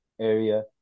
area